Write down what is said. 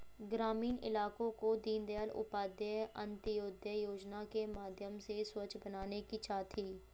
ग्रामीण इलाकों को दीनदयाल उपाध्याय अंत्योदय योजना के माध्यम से स्वच्छ बनाने की चाह थी